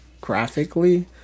graphically